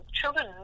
children